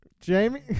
Jamie